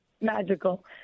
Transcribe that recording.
magical